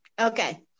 okay